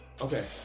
Okay